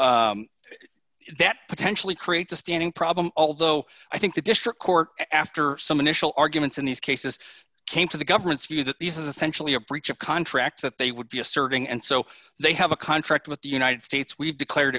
reopening that potentially creates a standing problem although i think the district court after some initial arguments in these cases came to the government's view that these essentially a breach of contract that they would be asserting and so they have a contract with the united states we've declared